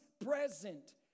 present